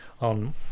on